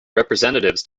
representatives